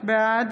בעד